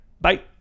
Bye